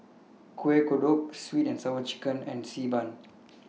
Kueh Kodok Sweet and Sour Chicken and Xi Ban